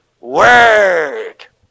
work